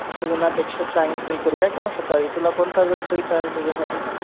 सुबानापेक्षा सायंकाळी करूया किंवा सकाळी तुला कोणता वेळ आहे तुझ्यासाठी